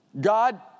God